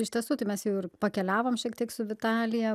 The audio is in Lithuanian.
iš tiesų tai mes jau ir pakeliavom šiek tiek su vitalija